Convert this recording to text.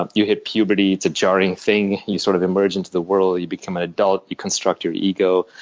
ah you hit puberty, it's a jarring thing. you sort of emerge into the world. you become an adult, you construct your ego,